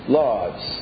lives